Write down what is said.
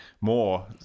more